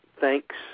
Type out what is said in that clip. Thanks